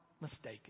mistaken